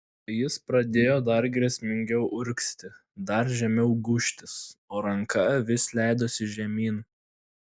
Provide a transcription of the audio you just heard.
jis pradėjo dar grėsmingiau urgzti dar žemiau gūžtis o ranka vis leidosi žemyn